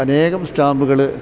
അനേകം സ്റ്റാമ്പുകള്